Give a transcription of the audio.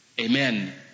Amen